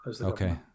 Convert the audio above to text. okay